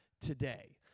today